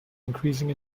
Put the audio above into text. increasing